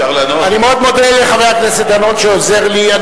זאת שעת שאלות.